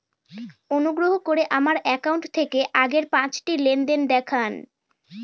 অনুগ্রহ করে আমার অ্যাকাউন্ট থেকে আগের পাঁচটি লেনদেন দেখান